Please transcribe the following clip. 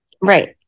Right